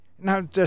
Now